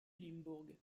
limbourg